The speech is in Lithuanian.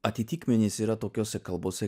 atitikmenys yra tokiose kalbose